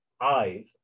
eyes